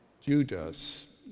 Judas